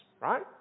right